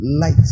light